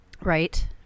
right